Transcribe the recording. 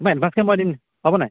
তোমাক এডভাঞ্চকৈ মৰোৱাই দিম হ'ব নাই